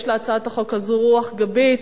יש להצעת החוק הזאת רוח גבית,